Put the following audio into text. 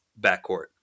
backcourt